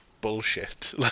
bullshit